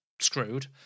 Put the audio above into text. screwed